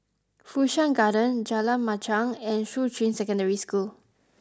Fu Shan Garden Jalan Machang and Shuqun Secondary School